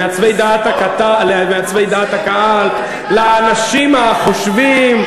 למעצבי דעת הקהל, לאנשים החושבים.